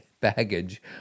baggage